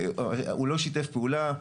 הוא לא שיתף פעולה.